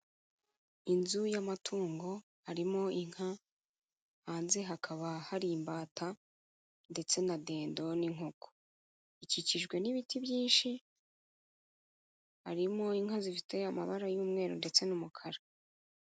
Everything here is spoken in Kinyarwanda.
Inzu y'amatungo, harimo inka, hanze hakaba hari imbata, ndetse nadedo, n'inkoko, ikikijwe n'ibiti byinshi, harimo inka zifite amabara y'umweru ndetse n'umukara.